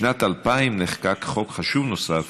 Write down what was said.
בשנת 2000 נחקק חוק חשוב נוסף,